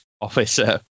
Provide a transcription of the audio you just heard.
officer